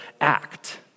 act